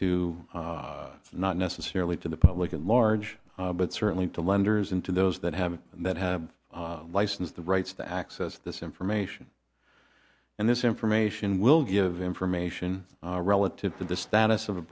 to not necessarily to the public at large but certainly to lenders and to those that have that have license the rights to access this information and this information will give information relative to the status of a